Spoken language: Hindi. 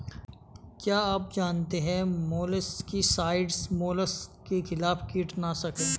क्या आप जानते है मोलस्किसाइड्स मोलस्क के खिलाफ कीटनाशक हैं?